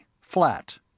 flat